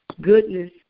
goodness